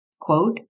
quote